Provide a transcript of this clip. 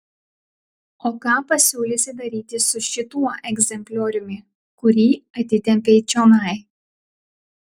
o ką pasiūlysi daryti su šituo egzemplioriumi kurį atitempei čionai